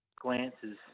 glances